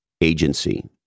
agency